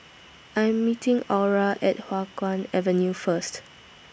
I Am meeting Aura At Hua Guan Avenue First